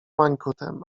mańkutem